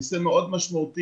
נושא מאוד משמעותי.